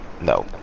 no